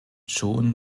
schon